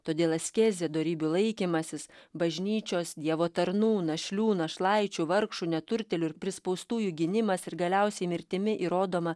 todėl askezė dorybių laikymasis bažnyčios dievo tarnų našlių našlaičių vargšų neturtėlių ir prispaustųjų gynimas ir galiausiai mirtimi įrodoma